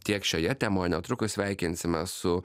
tiek šioje temoj netrukus sveikinsime su